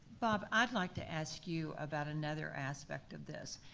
bob, i'd like to ask you about another aspect of this.